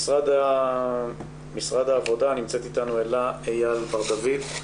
משרד העבודה, נמצאת איתנו אלה אייל בר דוד.